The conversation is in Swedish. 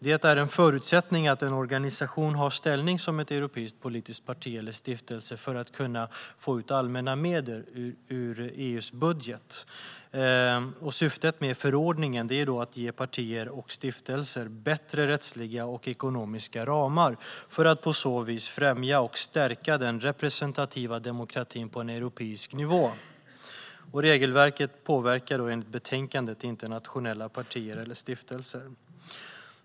Det förutsätts att en organisation har ställning som ett europeiskt politiskt parti eller en stiftelse för att kunna få finansiering från EU:s allmänna budget. Syftet med förordningen är att ge partier och stiftelser bättre rättsliga och ekonomiska ramar för att på så vis främja och stärka den representativa demokratin på europeisk nivå. Regelverket påverkar enligt betänkandet inte nationella partier eller stiftelser.